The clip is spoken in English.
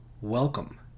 Welcome